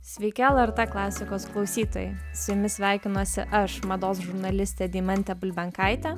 sveiki lrt klasikos klausytojai su jumis sveikinuosi aš mados žurnalistė deimantė bulbenkaitė